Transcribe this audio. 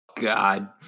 God